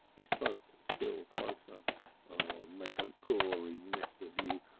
he spoke still closer. i'll make a gory mess of you.